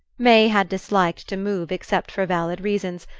may had disliked to move except for valid reasons,